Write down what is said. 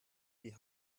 die